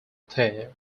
player